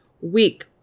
week